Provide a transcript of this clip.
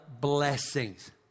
blessings